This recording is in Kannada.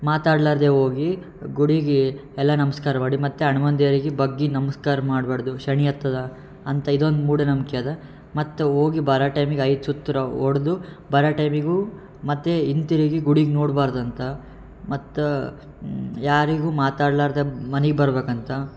ಮಾತಾಡಲಾರ್ದೆ ಹೋಗಿ ಗುಡಿಗೆ ಎಲ್ಲ ನಮಸ್ಕಾರ ಮಾಡಿ ಮತ್ತು ಹಣುಮನ ದೇವರಿಗೆ ಬಗ್ಗಿ ನಮ್ಸ್ಕಾರ ಮಾಡಬಾರ್ದು ಶನಿ ಹತ್ತದ ಅಂತ ಇದೊಂದು ಮೂಢನಂಬಿಕೆ ಇದೆ ಮತ್ತು ಹೋಗಿ ಬರೋ ಟೈಮಿಗೆ ಐದು ಸುತ್ತು ರ ಹೊಡ್ದು ಬರೋ ಟೈಮಿಗೂ ಮತ್ತೆ ಹಿಂತಿರಿಗಿ ಗುಡಿಗೆ ನೋಡ್ಬಾರ್ದಂತೆ ಮತ್ತು ಯಾರಿಗೂ ಮಾತಾಡಲಾರ್ದೆ ಮನೆಗ್ ಬರ್ಬೇಕಂತೆ